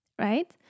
right